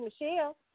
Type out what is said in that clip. Michelle